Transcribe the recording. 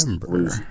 remember